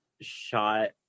shot